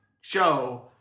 show